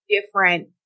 different